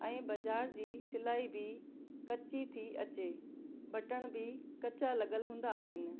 ऐं बाज़ारि जी सिलाई बि कची थी अचे बटण बि कचा लॻियलु हूंदा आहिनि